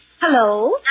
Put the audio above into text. Hello